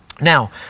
Now